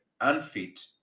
unfit